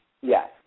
Yes